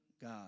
God